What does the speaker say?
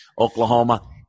Oklahoma